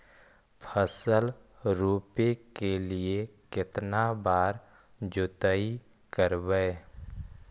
फसल रोप के लिय कितना बार जोतई करबय?